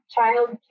Child